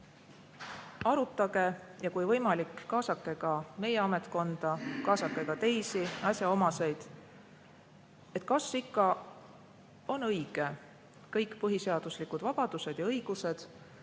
arutage ja kui võimalik, kaasake ka meie ametkonda, kaasake ka teisi asjaomaseid. Kas ikka on õige kõik põhiseaduslikud vabadused ja õigused